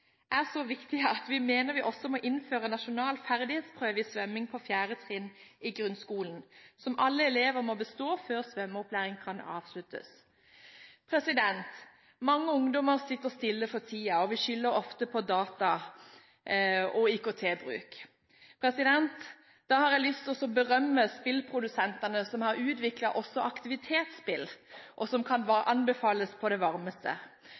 er så viktig at vi mener vi også må innføre en nasjonal ferdighetsprøve i svømming på 4. trinn i grunnskolen som alle elever må bestå før svømmeopplæring kan avsluttes. Mange ungdommer sitter stille for tiden, og vi skylder ofte på data og IKT-bruk. Da har jeg lyst til å berømme spillprodusentene som har utviklet også aktivitetsspill, som kan anbefales på det varmeste.